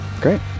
Great